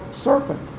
serpent